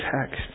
text